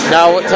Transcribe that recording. Now